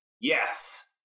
Yes